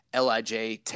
LIJ